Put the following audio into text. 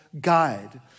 guide